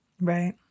Right